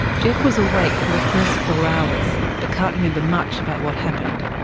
geoff was awake for the first four hours, but can't remember much about what happened.